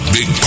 Big